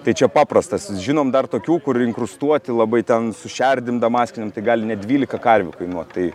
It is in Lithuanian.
tai čia paprastasis žinom dar tokių kur inkrustuoti labai ten su šerdim damaskinėm gali net dvylika karvių kainuot tai